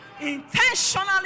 Intentionally